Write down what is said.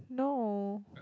no